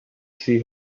see